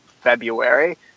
February